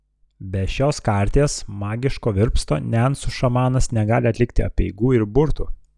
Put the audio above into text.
be šios karties magiško virpsto nencų šamanas negali atlikti apeigų ir burtų